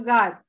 God